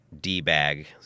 D-bag